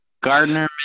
Gardner